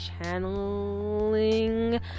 channeling